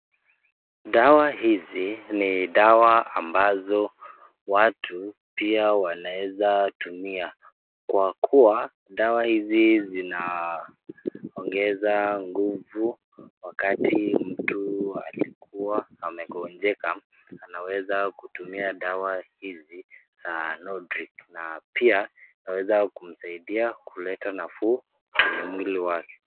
Dawa hizi ni dawa ambazo watu pia wanaweza tumia kwa kuwa dawa hizi zinaongeza nguvu wakati mtu alikuwa amegonjeka anaweza kutumia dawa hizi za nodric na pia zinaweza kumsaidia kuleta nafuu kwa mwili wake.